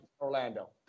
Orlando